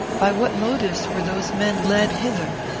by what motives were those men led hither?